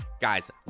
guys